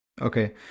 Okay